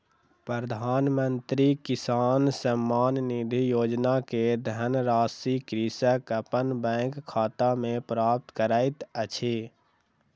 प्रधानमंत्री किसान सम्मान निधि योजना के धनराशि कृषक अपन बैंक खाता में प्राप्त करैत अछि